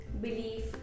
belief